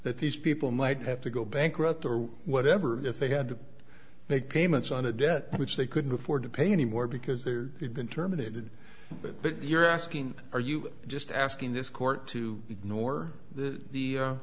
that these people might have to go bankrupt or whatever if they had to make payments on a debt which they couldn't afford to pay any more because they had been terminated but you're asking are you just asking this court to ignore the